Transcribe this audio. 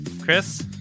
Chris